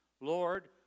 Lord